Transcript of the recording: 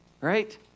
right